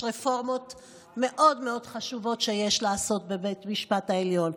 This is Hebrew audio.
יש רפורמות מאוד מאוד חשובות שיש לעשות בבית המשפט העליון,